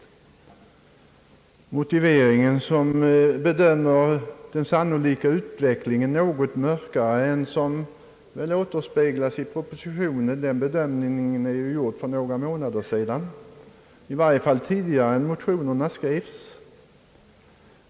Motiveringen bedömer den sannolika utvecklingen något mörkare än som den återspeglas i propositionen, vars bedömning är gjord för några månader sedan, i varje fall innan motionerna skrevs.